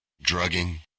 drugging